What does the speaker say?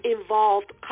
involved